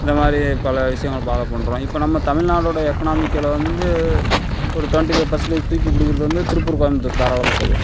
இந்தமாதிரி பல விஷயங்கள ஃபாலோ பண்ணுறோம் இப்போ நம்ம தமிழ்நாடோட எக்கனாமிக்கலை வந்து ஒரு ட்வெண்டி ஃபைவ் பெர்சென்ட்டேஜ் தூக்கி பி க்கிறது வந்து திருப்பூர் கோயம்புத்தூர் தாராளமாக சொல்லாம்